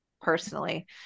personally